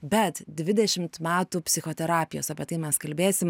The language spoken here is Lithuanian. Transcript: bet dvidešimt metų psichoterapijos apie tai mes kalbėsim